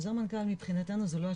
חוזרי מנכ"ל מבחינתנו זה לא התשובה,